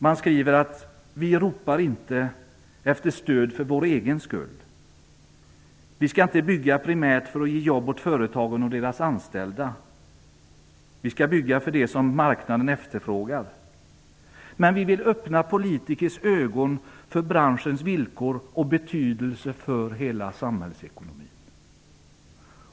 - Men vi ropar inte efter stöd för vår egen skull, vi ska inte bygga primärt för att ge jobb åt företagen och deras anställda, vi ska bygga det som marknaden efterfrågar -- Men vi vill öppna politikernas ögon för branschens villkor och betydelse för hela samhällsekonomin.''